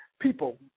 people